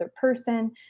person